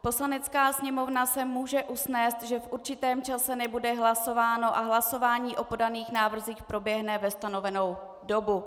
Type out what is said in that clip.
Poslanecká sněmovna se může usnést, že v určitém čase nebude hlasováno a hlasování o podaných návrzích proběhne ve stanovenou dobu.